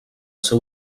seu